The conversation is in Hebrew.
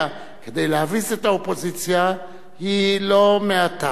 כדי להביס את האופוזיציה הוא לא מעט.